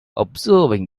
observing